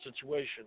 situation